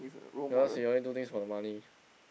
because he always do things for the money